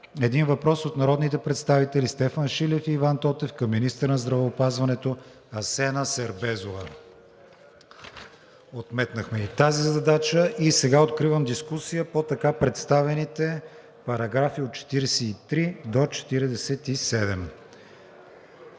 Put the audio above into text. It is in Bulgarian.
един въпрос народните представители Стефан Шилев и Иван Тотев към министъра на здравеопазването Асена Сербезова. Отметнахме и тази задача и сега откривам дискусия по така представените параграфи от 43 до 47.